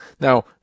Now